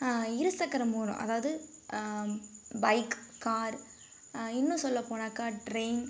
இருசக்கரம் மூலம் அதாவது bike car இன்னும் சொல்ல போனாக்கா ட்ரெயின்